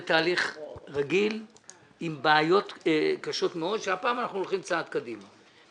בתהליך רגיל עם בעיות קשות מאוד כאשר הפעם אנחנו הולכים צעד קדימה.